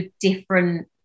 different